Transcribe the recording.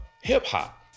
hip-hop